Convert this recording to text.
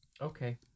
Okay